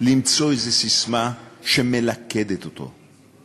למצוא איזו ססמה שמלכדת אותו.